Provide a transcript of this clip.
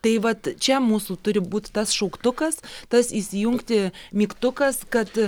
tai vat čia mūsų turi būt tas šauktukas tas įsijungti mygtukas kad